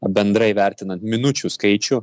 bendrai vertinant minučių skaičių